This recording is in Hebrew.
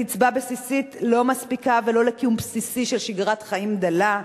קצבה בסיסית לא מספיקה ולו לקיום בסיסי של שגרת חיים דלה.